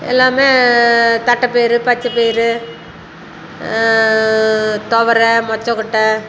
எல்லாமே தட்டைப்பயிறு பச்சைப்பயிறு துவர மொச்சைக்கொட்ட